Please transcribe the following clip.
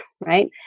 right